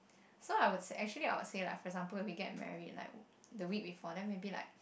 so I would actually I would say lah for example like we get married like the week before then maybe like